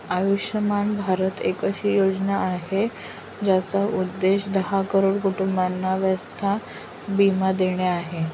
आयुष्यमान भारत एक अशी योजना आहे, ज्याचा उद्देश दहा करोड कुटुंबांना स्वास्थ्य बीमा देणे आहे